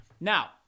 Now